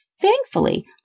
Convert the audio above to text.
Thankfully